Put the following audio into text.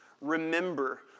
remember